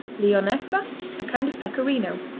leonessa a kind of pecorino.